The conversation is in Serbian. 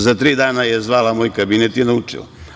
Za tri dana je zvala moj kabinet i naučila.